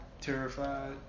terrified